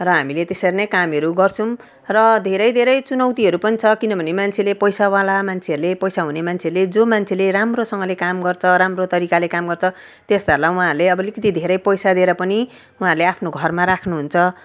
र हामीले त्यसरी नै कामहरू गर्छौँ र धेरै धेरै चुनौतीहरू पनि छ किनभने मान्छेले पैसा वाला मान्छेहरूले पैसा हुने मान्छेले जो मान्छेले राम्रोसँगले काम गर्छ राम्रो तरिकाले काम गर्छ त्यस्ताहरूलाई उहाँहरूले अब अलिकति धेरै पैसा दिएर पनि उहाँहरूले आफ्नो घरमा राख्नु हुन्छ